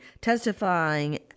testifying